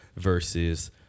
versus